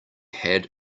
had